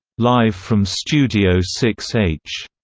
live from studio six h,